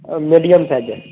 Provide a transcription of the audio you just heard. medium size ہے